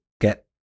get